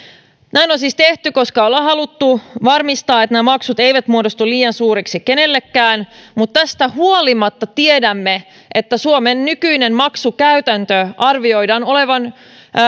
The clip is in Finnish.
näin on siis tehty koska on haluttu varmistaa että nämä maksut eivät muodostu liian suuriksi kenellekään mutta tästä huolimatta tiedämme että suomen nykyisen maksukäytännön arvioidaan olevan